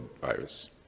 virus